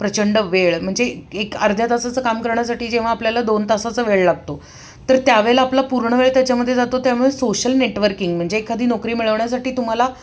प्रचंड वेळ म्हणजे एक अर्ध्या तासाचं काम करण्यासाठी जेव्हा आपल्याला दोन तासाचा वेळ लागतो तर त्यावेळेला आपला पूर्णवेळ त्याच्यामध्ये जातो त्यामुळे सोशल नेटवर्किंग म्हणजे एखादी नोकरी मिळवण्यासाठी तुम्हाला